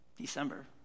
December